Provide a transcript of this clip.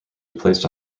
replaced